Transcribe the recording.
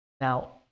Now